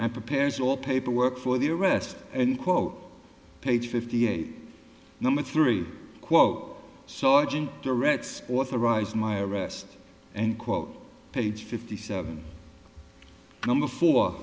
and prepares all paperwork for the arrest and quote page fifty eight number three quote sergeant directs authorized my arrest and quote page fifty seven number four